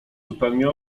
zupełnie